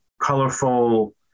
colorful